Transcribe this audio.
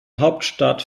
hauptstadt